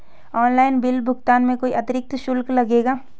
Online bill भुगतान में कोई अतिरिक्त शुल्क लगेगा?